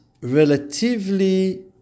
relatively